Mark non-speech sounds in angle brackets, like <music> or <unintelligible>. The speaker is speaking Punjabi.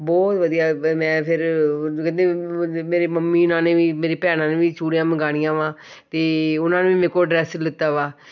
ਬਹੁਤ ਵਧੀਆ ਵ ਮੈਂ ਫਿਰ ਕਹਿੰਦੇ <unintelligible> ਮੇਰੀ ਮੰਮੀ ਉਨਾ ਨੇ ਵੀ ਮੇਰੀ ਭੈਣਾਂ ਨੇ ਵੀ ਚੂੜੀਆਂ ਮੰਗਾਣੀਆਂ ਵਾ ਅਤੇ ਉਹਨਾਂ ਨੂੰ ਵੀ ਮੇਰੇ ਕੋਲ ਐਡਰੈਸ ਲਿੱਤਾ ਵਾ